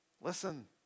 listen